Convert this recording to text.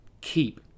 keep